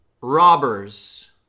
robbers